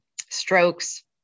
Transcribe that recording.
strokes